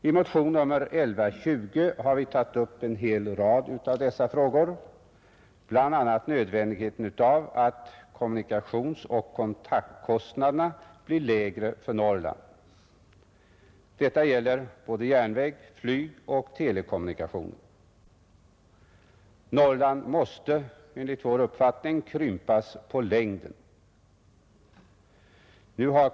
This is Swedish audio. I motion nr 1120 har vi tagit upp en hel rad av dessa frågor, bl.a. nödvändigheten av att kommunikationsoch kontaktkostnaderna blir lägre för Norrland. Detta gäller både järnvägs-, flygoch telekommunikationer. Norrland måste enligt vår uppfattning krympas på längden i de avseendena.